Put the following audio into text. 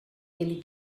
ele